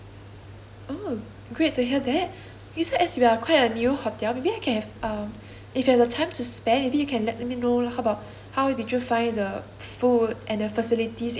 oh great to hear that you see as we are quite a new hotel maybe I can have uh if you have the time to spare maybe you can let me know about how did you find the food and the facilities in our hotel